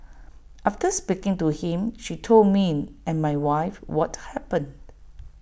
after speaking to him she told me and my wife what happened